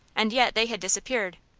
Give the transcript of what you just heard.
and yet they had disappeared.